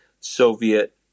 Soviet